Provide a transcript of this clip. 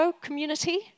community